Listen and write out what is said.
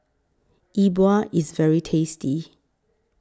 Yi Bua IS very tasty